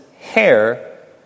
hair